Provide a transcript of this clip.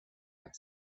had